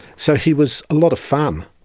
so he was a lot of fun.